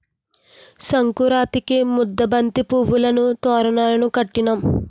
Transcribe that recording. సంకురాతిరికి ముద్దబంతి పువ్వులును తోరణాలును కట్టినాం